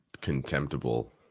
contemptible